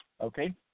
Okay